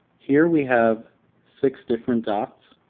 here we have six different dots.